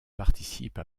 participe